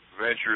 ventures